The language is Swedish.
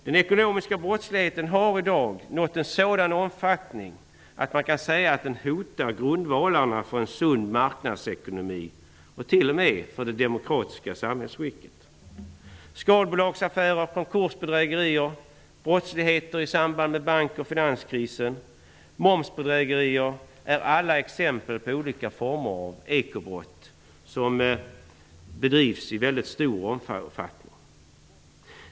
Den ekonomiska brottsligheten har i dag nått en sådan omfattning att man kan säga att den hotar grundvalarna för en sund marknadsekonomi och t.o.m. för det demokratiska samhällsskicket. Skalbolagsaffärer, konkursbedrägerier, brottsligheter i samband med bank och finanskrisen och momsbedrägerier är exempel på olika former av ekobrott som bedrivs i stor omfattning.